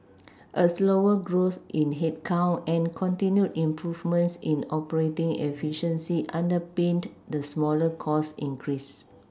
a slower growth in headcount and continued improvements in operating efficiency underPinned the smaller cost increase